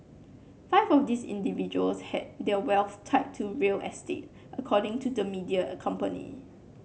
five of these individuals had their wealth tied to real estate according to the media a company